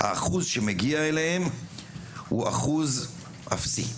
האחוז שמגיע אליהם הוא אחוז אפסי.